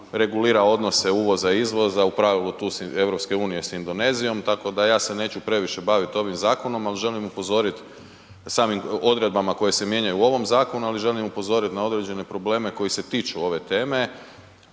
regulira odnose uvoza i izvoza, u pravilu EU-a sa Indonezijom tako da ja se neću previše bavit ovim zakonom ali želim upozorit samim odredbama koje se mijenjaju u ovom zakonu ali želim upozorit na određene probleme koji se tiču ove teme